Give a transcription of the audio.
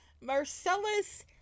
Marcellus